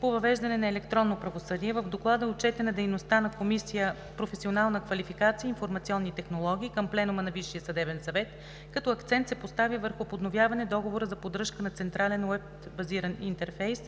по въвеждане на електронно правосъдие. В Доклада е отчетена дейността на Комисия „Професионална квалификация и информационни технологии“ към Пленума на Висшия съдебен съвет, като акцент се поставя върху подновяване договора за поддръжка на Централен уеб базиран интерфейс